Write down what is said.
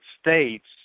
States